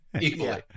equally